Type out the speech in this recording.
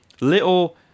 little